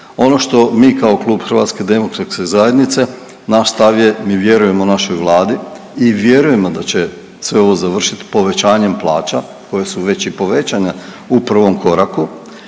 Ono što mi kao klub HDZ-a naš stav je mi vjerujemo našoj Vladi i vjerujemo da će se ovo završit povećanjem plaća koje su već i povećane u prvom koraku